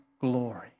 glory